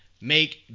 Make